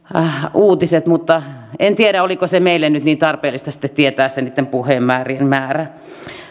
uutiset mutta en tiedä oliko se meille nyt niin tarpeellista sitten tietää se niitten puheenvuorojen määrä